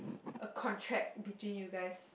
a contract between you guys